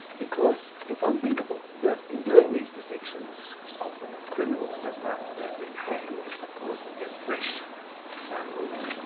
because it's unthinkable that in doing these dissections, often of criminals just after they'd been hanged of course, to get fresh samples,